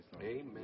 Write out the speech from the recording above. Amen